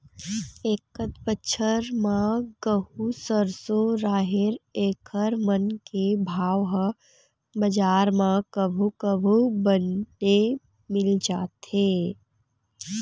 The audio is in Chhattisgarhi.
एकत बछर म गहूँ, सरसो, राहेर एखर मन के भाव ह बजार म कभू कभू बने मिल जाथे